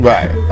Right